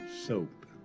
soap